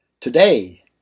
today